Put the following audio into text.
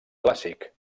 clàssic